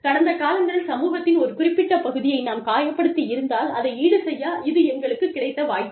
கடந்த காலங்களில் சமூகத்தின் ஒரு குறிப்பிட்ட பகுதியை நாம் காயப்படுத்தி இருந்தால் அதை ஈடுசெய்ய இது எங்களுக்கு கிடைத்த வாய்ப்பு